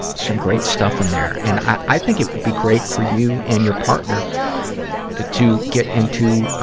some great stuff in there. and i, i think it would be great for you and your partner to get into, ah,